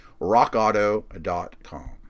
RockAuto.com